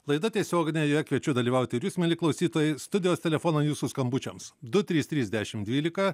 laida tiesioginė joje kviečiu dalyvauti ir jus mieli klausytojai studijos telefonai jūsų skambučiams du trys trys dešimt dvylika